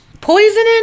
Poisoning